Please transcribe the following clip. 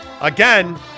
Again